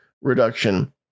reduction